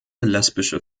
lesbische